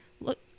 look